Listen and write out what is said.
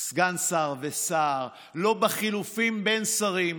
שר ושר, לא בחילופים בין שרים.